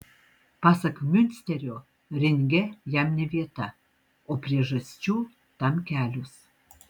pasak miunsterio ringe jam ne vieta o priežasčių tam kelios